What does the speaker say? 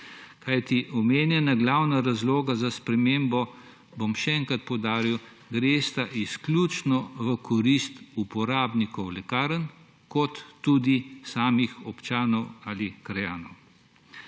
Kajti omenjena glavna razloga za spremembo, bom še enkrat poudaril, gresta izključno v korist uporabnikov lekarn kot tudi samih občanov ali krajanov.